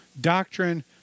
doctrine